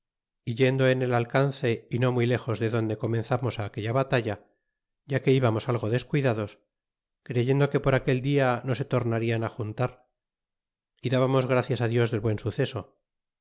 yendo en el alcance y no muy lexes de donde comenzamos aquella batalla ya que íbamos algo descuidados creyendo que por aquel dia no se tornarian juntar é dábamos gracias dios del buen suceso